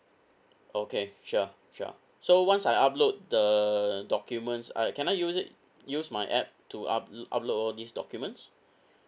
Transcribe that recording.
okay sure sure so once I upload the documents I can I use it use my app to upl~ upload all these documents